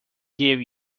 gave